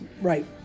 Right